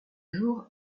jour